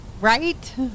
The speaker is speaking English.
Right